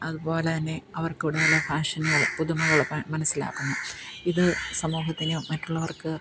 അതുപോലെത്തന്നെ അവർക്ക് കൂടുതൽ ഫാഷനുകൾ പുതുമകൾ ഒക്കെ മനസ്സിലാക്കുന്നു ഇത് സമൂഹത്തിന് മറ്റുള്ളവർക്ക്